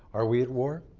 are we at war?